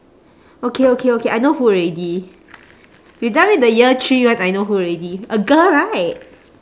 okay okay okay I know who already you tell me the year three one I know who already a girl right